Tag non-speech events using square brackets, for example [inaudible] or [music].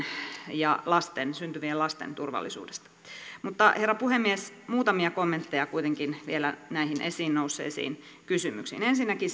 ja lasten syntyvien lasten turvallisuudesta herra puhemies muutamia kommentteja kuitenkin vielä näihin esiin nousseisiin kysymyksiin ensinnäkin [unintelligible]